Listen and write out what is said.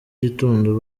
gitondo